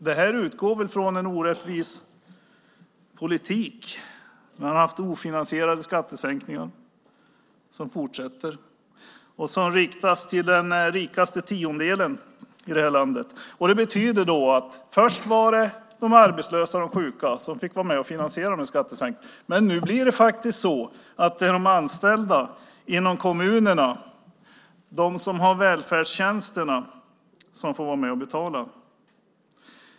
Det här utgår från en orättvis politik. Man har haft ofinansierade skattesänkningar som fortsätter och som riktas till den rikaste tiondelen i det här landet. Det betyder att först var det de arbetslösa och de sjuka som fick vara med och finansiera de här skattesänkningarna, men nu blir det faktiskt så att det är de anställda inom kommunerna, de som har välfärdstjänsterna, som får vara med och betala.